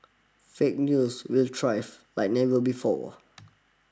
fake news will thrive like never before